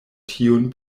tiun